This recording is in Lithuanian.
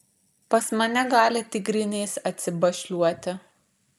pas mane gali tik grynais atsibašliuoti